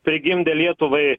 prigimdė lietuvai